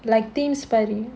like the inspiring